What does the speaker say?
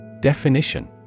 Definition